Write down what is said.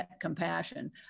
compassion